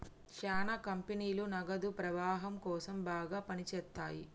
శ్యానా కంపెనీలు నగదు ప్రవాహం కోసం బాగా పని చేత్తయ్యి